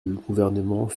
gouvernement